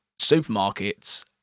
supermarkets